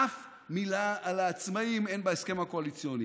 אף מילה על העצמאים אין בהסכם הקואליציוני.